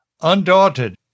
Undaunted